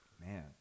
man